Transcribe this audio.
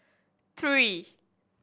three